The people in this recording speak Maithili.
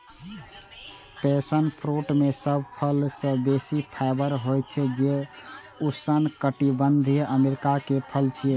पैशन फ्रूट मे सब फल सं बेसी फाइबर होइ छै, जे उष्णकटिबंधीय अमेरिका के फल छियै